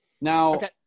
Now